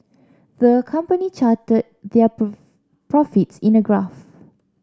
the company charted their profits in a graph